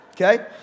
Okay